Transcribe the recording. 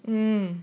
mm